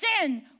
sin